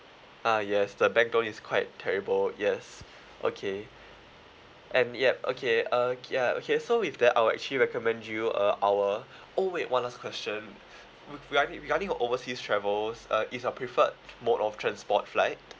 ah yes the bank loan is quite terrible yes okay and yup okay uh yeah okay so with that I'll actually recommend you uh our oh wait one last question re~ regarding regarding your overseas travel uh is your preferred mode of transport flight